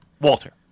Walter